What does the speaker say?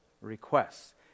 requests